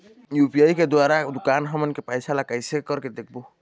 UPI के द्वारा दुकान हमन के पैसा ला कैसे कर के देबो?